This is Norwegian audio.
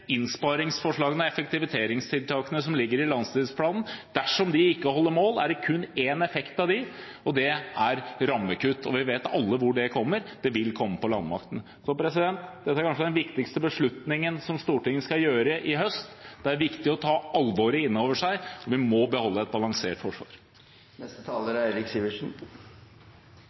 innsparingsforslagene og effektiviseringstiltakene i langtidsplanen. Dersom de ikke holder mål, er det kun én effekt av dem, og det er rammekutt. Og vi vet alle hvor det kommer – det vil komme på landmakten. Så dette er kanskje den viktigste beslutningen som Stortinget skal gjøre i høst. Det er viktig å ta alvoret inn over seg, vi må beholde et balansert